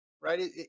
right